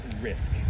risk